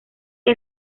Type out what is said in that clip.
que